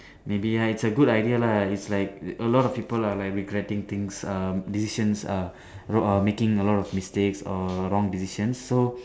maybe ya it's a good idea lah it's like a lot of people are like regretting things uh decisions uh uh making a lot of mistakes or wrong decisions so